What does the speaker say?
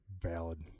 Valid